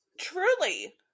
Truly